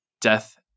Death